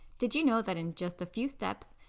did you know that in just a few steps,